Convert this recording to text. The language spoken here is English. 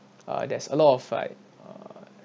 uh there's a lot of like uh